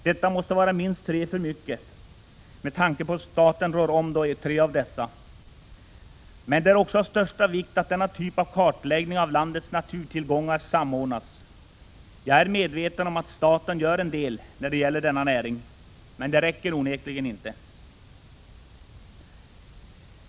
Detta måste vara minst tre för mycket, med tanke på att staten rår om tre av dem. Men det är också av största vikt att denna typ av kartläggning av landets naturtillgångar samordnas. Jag är medveten om att staten gör en del när det gäller denna näring, men det räcker onekligen inte.